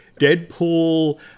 Deadpool